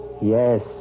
Yes